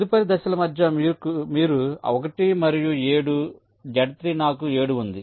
తదుపరి దశల మధ్య మీరు 1 మరియు 7 Z 3 నాకు 7 ఉంది